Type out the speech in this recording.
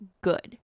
good